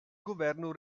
governo